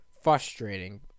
frustrating